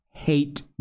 hate